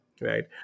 right